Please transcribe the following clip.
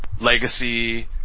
legacy